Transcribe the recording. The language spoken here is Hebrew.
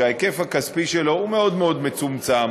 ההיקף הכספי שלו הוא מאוד מאוד מצומצם,